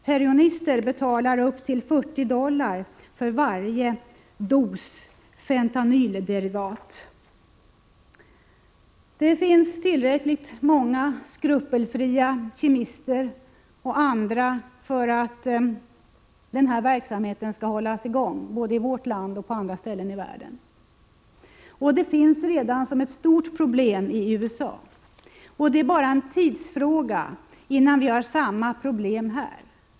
Heroinister betalar upp till 40 dollar för varje dos fentanylderivat. Det finns tillräckligt många skrupelfria kemister och andra för att denna verksamhet skall hållas i gång både i vårt land och på andra ställen i världen. Den finns redan som ett stort problem i USA. Det är bara en tidsfråga innan vi har samma problem här.